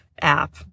app